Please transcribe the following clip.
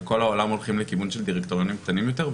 בכל העולם הולכים לכיוון של דירקטוריונים קטנים יותר,